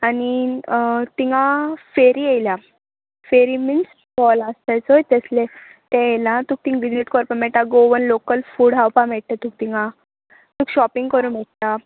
आनी तिंगा फेरी येयला फेरी मिन्स स्टॉल आसताय चोय तसले ते येयला तुक थिंग विजीट कोरपा मेळटा गोवन लोकल फूड खावपा मेळटा तुका थिंगां तुका शॉपिंग करूं मेळटा